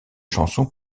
chansons